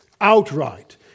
outright